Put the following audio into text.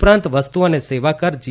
ઉપરાંત વસ્તુ અને સેવા કર જી